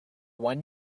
one